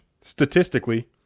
statistically